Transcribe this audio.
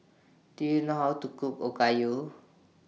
Do YOU know How to Cook Okayu